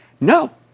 No